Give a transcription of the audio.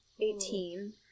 Eighteen